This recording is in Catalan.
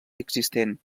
existent